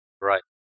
Right